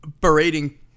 berating